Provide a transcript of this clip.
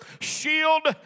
shield